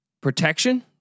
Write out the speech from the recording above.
protection